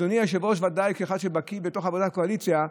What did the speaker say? אדוני היושב-ראש, כאחד שבקי בתוך חברי הקואליציה,